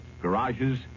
garages